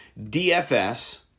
DFS